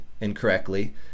incorrectly